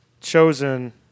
chosen